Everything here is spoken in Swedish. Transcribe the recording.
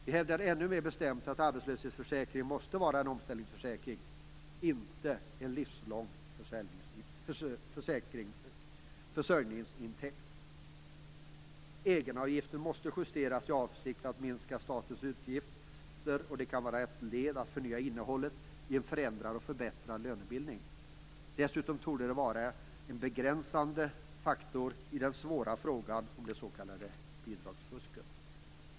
Vi hävdar ännu mer bestämt att arbetslöshetsförsäkringen måste vara en omställningsförsäkring - inte en livslång försörjningsintäkt. Egenavgiften måste justeras i avsikt att minska statens utgifter. Det kan vara ett led i att förnya innehållet i en förändrad och förbättrad lönebildning. Dessutom torde det vara en begränsande faktor i den svåra frågan om det s.k. bidragsfusket.